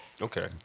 Okay